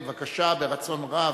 בבקשה, ברצון רב.